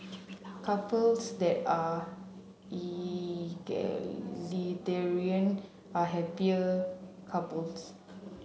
couples that are are happier couples